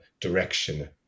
direction